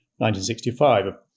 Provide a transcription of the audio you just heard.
1965